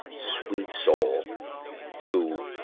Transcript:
sweet soul who,